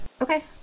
Okay